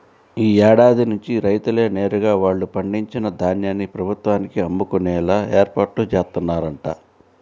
యీ ఏడాది నుంచి రైతులే నేరుగా వాళ్ళు పండించిన ధాన్యాన్ని ప్రభుత్వానికి అమ్ముకునేలా ఏర్పాట్లు జేత్తన్నరంట